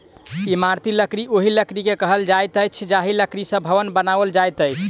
इमारती लकड़ी ओहि लकड़ी के कहल जाइत अछि जाहि लकड़ी सॅ भवन बनाओल जाइत अछि